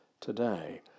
today